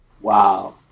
wow